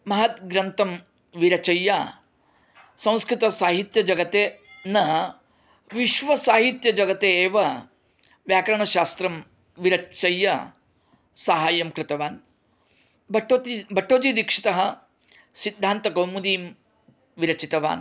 महत् ग्रन्थं विरचय्य संस्कृतसाहित्यजगते न विश्वसाहित्यजगते एव व्याकरणशास्त्रं विरचय्य साहाय्यं कृतवान् भट्टो भट्टोजिदीक्षितः सिद्धान्तकौमुदीं विरचितवान्